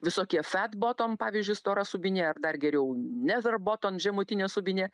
visokie fet botom pavyzdžiui stora subinė ar dar geriau never boton žemutinė subinė